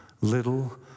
Little